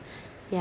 yeah